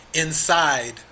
inside